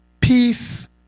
peace